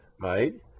right